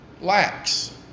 lacks